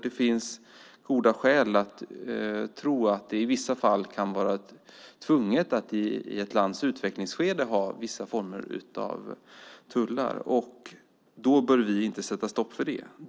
Det finns goda skäl att tro att det i vissa fall kan vara tvunget att i ett lands utvecklingsskede ha vissa former av tullar. Då bör vi inte sätta stopp för det.